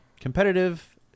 competitive